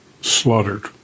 slaughtered